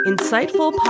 Insightful